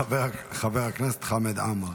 חבר הכנסת חמד עמאר.